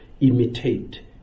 imitate